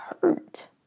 hurt